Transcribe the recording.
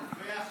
לגמרי.